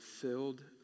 filled